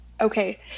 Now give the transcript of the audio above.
Okay